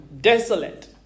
desolate